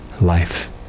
life